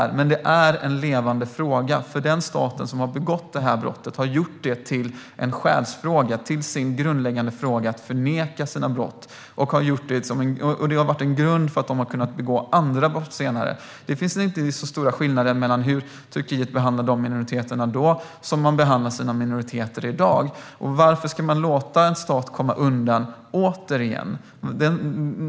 Men det är en levande fråga därför att den stat som har begått detta brott har gjort det till en själsfråga - till sin grundläggande fråga - att förneka sitt brott. Detta har varit en grund för att de har kunnat begå andra brott senare. Det finns inte så stora skillnader mellan hur Turkiet behandlade dessa minoriteter då och hur de behandlar sina minoriteter i dag. Varför ska man återigen låta en stat komma undan?